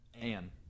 Anne